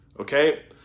Okay